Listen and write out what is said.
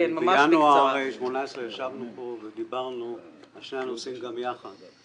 בינואר 2018 ישבנו כאן ודיברנו על שני הנושאים גם יחד.